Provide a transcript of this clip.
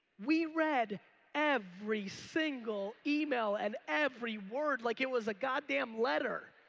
we read every single email and every word like it was a god damn letter.